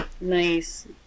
nice